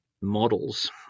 models